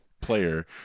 player